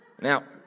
Now